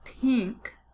pink